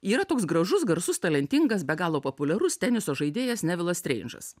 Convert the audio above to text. yra toks gražus garsus talentingas be galo populiarus teniso žaidėjas nevilas streindžas